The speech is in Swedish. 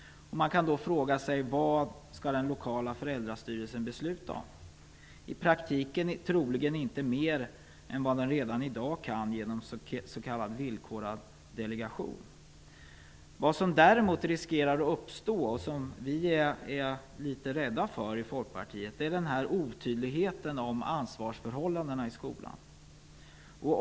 Man kan då fråga sig vad den lokala föräldrastyrelsen skall besluta om. I praktiken blir det troligen inte mer än vad den redan i dag kan genom s.k. villkorad delegation. Vad som däremot riskerar att uppstå, och som vi i Folkpartiet är litet rädda för, är en otydlighet om ansvarsförhållandena i skolan.